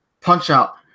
Punch-Out